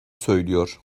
söylüyor